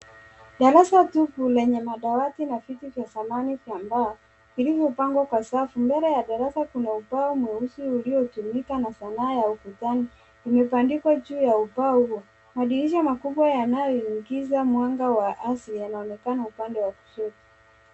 Darasa tupe lenye madawati na viti vya zamani vya mbao vilivyopangwa kwa safu. Mbele ya darasa kuna ubao mweusi uliotumika na sanaa ya ufunzaji imebandikwa mbele ya ubao huo. Madirisha makubwa yanaoingiza mwanga wa asili yanaonekana upande wa kushoto.